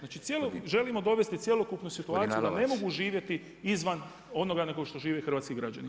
Znači želimo dovesti cjelokupnu situaciju da ne mogu živjeti izvan onoga nego što žive hrvatski građani.